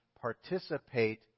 participate